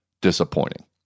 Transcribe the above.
disappointing